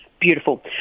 Beautiful